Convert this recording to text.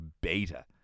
beta